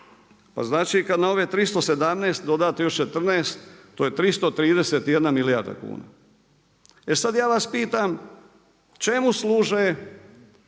Pa znači kada na ove 317 dodate još 14 to je 331 milijarda kuna. E sada ja vas pitam, čemu služe